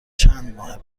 چندماه